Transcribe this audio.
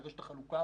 לרשת החלוקה